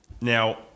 Now